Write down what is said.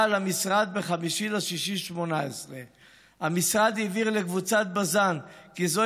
למשרד ב-5 ביוני 18. המשרד הבהיר לקבוצת בז"ן כי זו